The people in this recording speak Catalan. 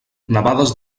nevades